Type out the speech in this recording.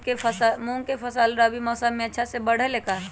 मूंग के फसल रबी मौसम में अच्छा से बढ़ ले का?